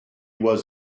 was